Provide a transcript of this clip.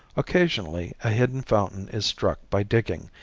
occasionally a hidden fountain is struck by digging,